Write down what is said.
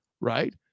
Right